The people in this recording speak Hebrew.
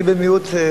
אני במיעוט,